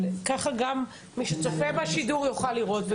אבל ככה גם מי שצופה בשידור יוכל לראות,